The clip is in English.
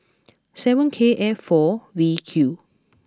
seven K F four V Q